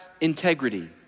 integrity